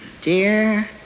Dear